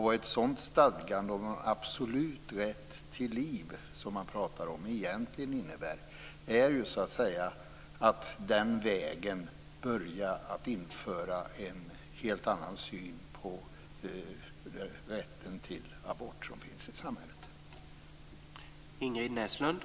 Vad ett sådant stadgande om en absolut rätt till liv som man talar om egentligen innebär är ett införande av en helt ny syn på den rätt till abort som finns i samhället.